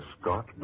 Scott